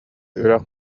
үрэх